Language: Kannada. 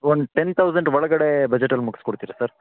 ಒಂದು ಟೆನ್ ತೌಝಂಡ್ ಒಳಗಡೆ ಬಜೆಟಲ್ಲಿ ಮುಗ್ಸಿ ಕೊಡ್ತೀರಾ ಸರ್